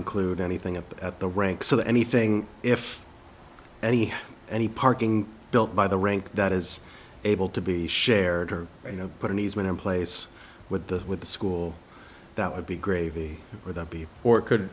include anything up at the ranks of anything if any any parking built by the rank that is able to be shared or you know put an easement in place with those with the school that would be gravy for that be or could